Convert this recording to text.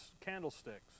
candlesticks